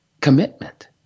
commitment